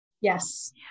Yes